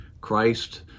Christ